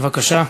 בבקשה.